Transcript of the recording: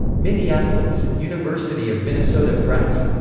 minneapolis, university of minnesota press.